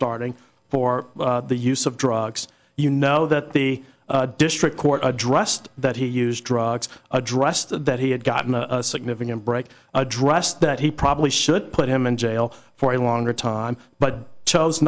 starting for the use of drugs you know that the district court addressed that he used drugs addressed that he had gotten a significant break address that he probably should put him in jail for a longer time but chose